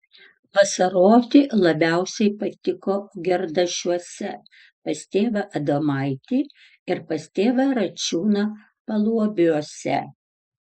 vasaroti labiausiai patiko gerdašiuose pas tėvą adomaitį ir pas tėvą račiūną paluobiuose